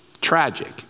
Tragic